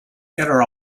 inner